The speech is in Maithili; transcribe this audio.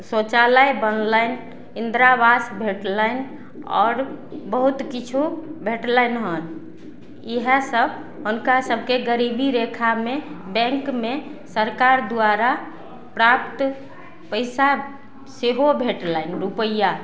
शौचालय बनलनि इन्दिरा आवास भेटलनि आओर बहुत किछो भेटलनि हन इएह सब हुनका सबके गरीबी रेखामे बैंकमे सरकार द्वारा प्राप्त पैसा सेहो भेटलनि रुपैआ